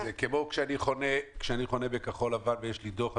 זה כמו כשאני חונה בכחול לבן ויש לי דוח,